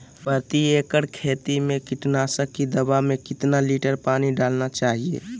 प्रति एकड़ खेती में कीटनाशक की दवा में कितना लीटर पानी डालना चाइए?